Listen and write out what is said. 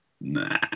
Nah